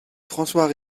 françois